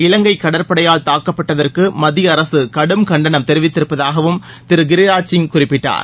இலங்கை கடற்படையால் தாக்கப்பட்டதற்கு மீனவர்கள் மத்திய கடும் கண்டனம் தமிழக தெரிவித்திருப்பதாகவும் திரு கிரிராஜ் சிங் குறிப்பிட்டார்